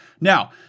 Now